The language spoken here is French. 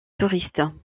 touristes